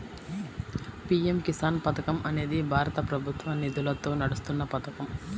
PM Kisan పథకం అనేది భారత ప్రభుత్వ నిధులతో నడుస్తున్న పథకం